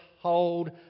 hold